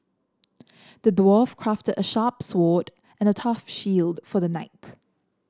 the dwarf crafted a sharp sword and a tough shield for the knight